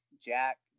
Jack